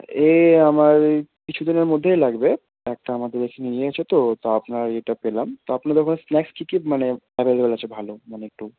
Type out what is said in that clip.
এই আমার এই কিছু দিনের মধ্যেই লাগবে একটা আমাদের এখানে নিয়েছে তো তা আপনার ইয়েটা পেলাম তা আপনাদের ওখানে স্ন্যাক্স কি কি মানে এভেলেবেল আছে ভালো মানে একটু